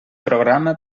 programa